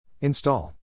Install